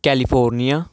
California